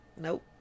Nope